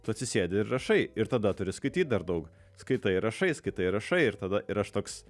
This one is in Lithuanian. tu atsisėdi ir rašai ir tada turi skaityt dar daug skaitai ir rašai skaitai ir rašai ir tada ir aš toks